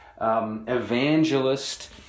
Evangelist